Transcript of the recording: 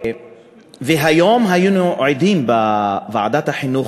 והיום היינו עדים בוועדת החינוך,